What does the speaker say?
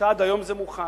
ועד היום זה מאוחד,